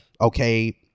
okay